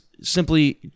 simply